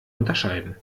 unterscheiden